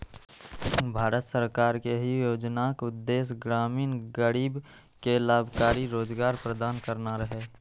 भारत सरकार के एहि योजनाक उद्देश्य ग्रामीण गरीब कें लाभकारी रोजगार प्रदान करना रहै